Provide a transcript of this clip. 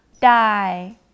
die